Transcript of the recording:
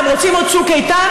אתם רוצים עוד צוק איתן?